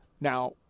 Now